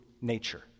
nature